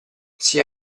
sia